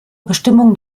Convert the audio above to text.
bestimmung